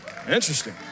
Interesting